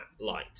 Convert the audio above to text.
light